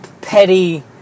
petty